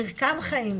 מרקם חיים,